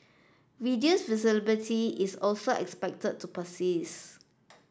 reduced visibility is also expected to persist